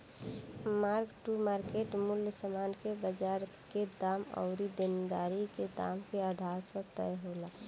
mark to market मूल्य समान के बाजार के दाम अउरी देनदारी के दाम के आधार पर तय होला